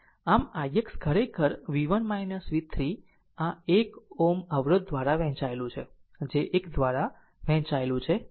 આમ ix ખરેખર v 1 v 3 આ 1 Ω અવરોધ દ્વારા વહેંચાયેલું છે જે એક દ્વારા વહેંચાયેલું છે r ix